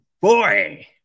Boy